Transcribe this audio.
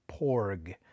Porg